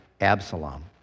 Absalom